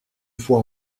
fois